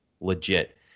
legit